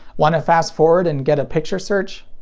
want to fast forward and get a picture search?